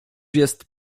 jest